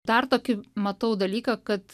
dar tokį matau dalyką kad